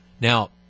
Now